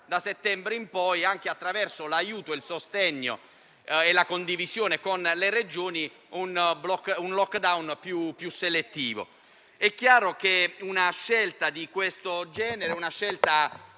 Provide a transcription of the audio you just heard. da settembre in poi, anche attraverso l'aiuto, il sostegno e la condivisione con le Regioni, vi è stato un *lockdown* più selettivo. È chiaro che una scelta di questo genere è